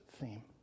theme